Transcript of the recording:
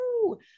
woo